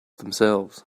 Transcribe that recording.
themselves